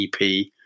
EP